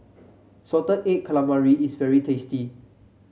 Salted Egg Calamari is very tasty